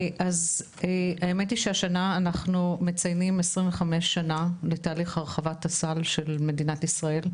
האמת היא שהשנה אנחנו מציינים כ-25 לתהליך הרחבת הסל של מדינת ישראל,